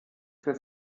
für